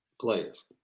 players